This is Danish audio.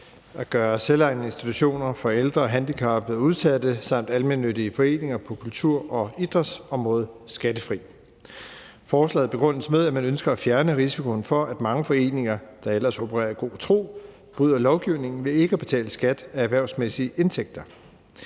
at gøre selvejende institutioner for ældre, handicappede og udsatte samt almennyttige foreninger på kultur- og idrætsområdet skattefri. Forslaget begrundes med, at man ønsker at fjerne risikoen for, at mange foreninger, der ellers opererer i god tro, bryder lovgivningen ved ikke at betale skat af erhvervsmæssige indtægter.